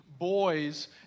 boys